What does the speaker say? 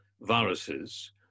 viruses